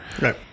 Right